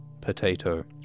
potato